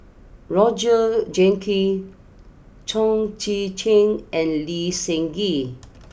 Roger Jenkins Chong Tze Chien and Lee Seng Gee